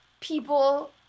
people